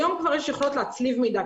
היום כבר יש יכולת להצליב מידע.